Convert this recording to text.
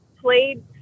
played